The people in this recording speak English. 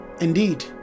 Indeed